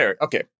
okay